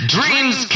Dreams